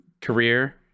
career